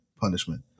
punishment